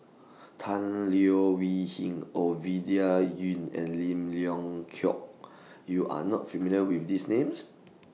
Tan Leo Wee Hin Ovidia Yu and Lim Leong Geok YOU Are not familiar with These Names